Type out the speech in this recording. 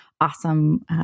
awesome